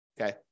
Okay